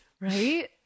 Right